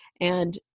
And-